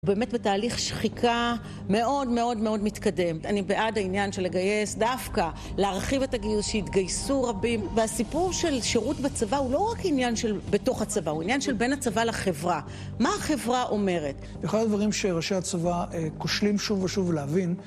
באמת בתהליך שחיקה מאוד מאוד מאוד מתקדם. אני בעד העניין של לגייס, דווקא להרחיב את הגיוס שהתגייסו רבים. והסיפור של שירות בצבא הוא לא רק עניין של בתוך הצבא, הוא עניין של בין הצבא לחברה. מה החברה אומרת? אחד הדברים שראשי הצבא כושלים שוב ושוב להבין